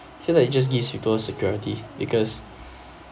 feel like it just gives people security because